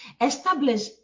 establish